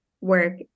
work